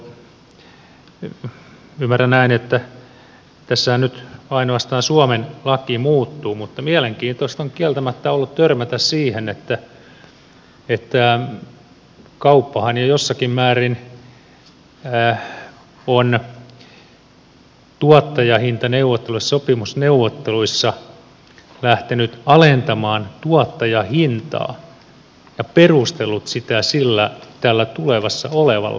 ymmärrän näin että tässähän nyt ainoastaan suomen laki muuttuu mutta mielenkiintoista on kieltämättä ollut törmätä siihen että kauppahan jo jossakin määrin on tuottajahintaneuvotteluissa sopimusneuvotteluissa lähtenyt alentamaan tuottajahintaa ja perustellut sitä tällä tulossa olevalla lainsäädännöllä